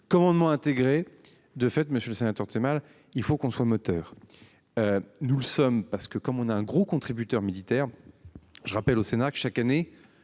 commandement intégré. De fait, monsieur le sénateur, c'est mal, il faut qu'on soit moteur. Nous le sommes parce que comme on a un gros contributeur militaire. Je rappelle au Sénat. Chaque année,